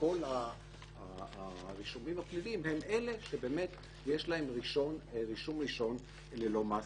מתוך כל הרישומים הפליליים הם אלה שיש להם רישום ראשון ללא מאסר.